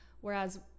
whereas